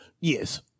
Yes